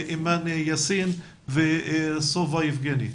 אימאן יאסין ויבגני סובה.